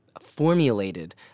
formulated